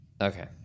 Okay